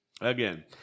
Again